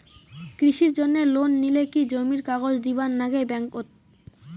কৃষির জন্যে লোন নিলে কি জমির কাগজ দিবার নাগে ব্যাংক ওত?